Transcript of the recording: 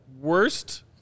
Worst